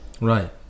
Right